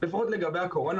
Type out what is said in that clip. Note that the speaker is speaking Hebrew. לפחות לגבי הקורונה,